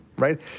right